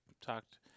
talked